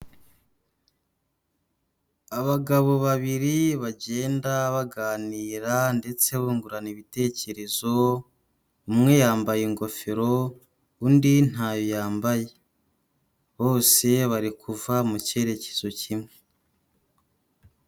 Abagabo babiri bagenda baganira ndetse bungurana ibitekerezo, umwe yambaye ingofero undi ntayo yambaye, bose bari kuva mu cyerekezo kimwe.